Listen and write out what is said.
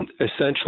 essentially